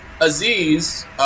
Aziz